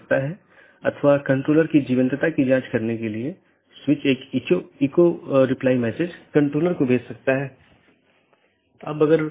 यहां R4 एक स्रोत है और गंतव्य नेटवर्क N1 है इसके आलावा AS3 AS2 और AS1 है और फिर अगला राउटर 3 है